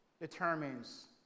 determines